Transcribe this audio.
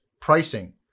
pricing